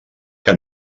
que